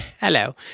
Hello